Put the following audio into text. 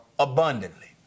abundantly